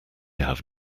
have